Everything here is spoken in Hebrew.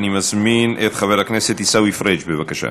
אני מזמין את חבר הכנסת עיסאווי פריג' בבקשה.